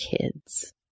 kids